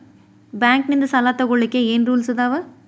Bank ನಿಂದ್ ಸಾಲ ತೊಗೋಳಕ್ಕೆ ಏನ್ ರೂಲ್ಸ್ ಅದಾವ?